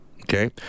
Okay